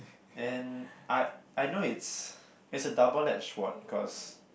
and I I know it's it's a double edged sword cause